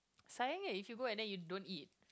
sayangnya if you go and then you don't eat